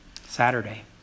Saturday